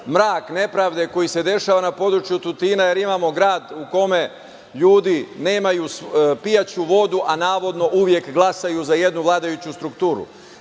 mrak nepravde koji se dešava na području Tutina, jer imamo grad u kome ljudi nemaju pijaću vodu, a navodno uvek glasaju za jednu vladajuću strukturu. Glasaju